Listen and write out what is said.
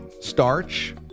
starch